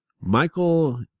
Michael